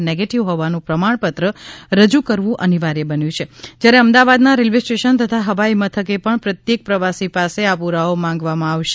negative હોવાનું પ્રમાણપત્ર રજૂ કરવુ અનિવાર્ય બન્યું છે જ્યારે અમદાવાદના રેલ્વે સ્ટેશન તથા હવાઈ મથકે પણ પ્રત્યેક પ્રવાસી પાસે આ પુરાવો માંગવામાં આવશે